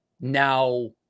now